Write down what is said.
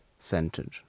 centered